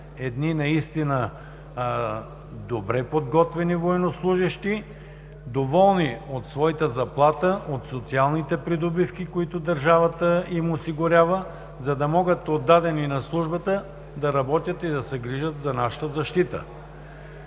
едни наистина добре подготвени военнослужещи, доволни от своята заплата, от социалните придобивки, които държавата им осигурява, за да могат, отдадени на службата, да работят и се грижат за нашата защита.